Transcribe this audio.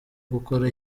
gukora